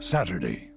Saturday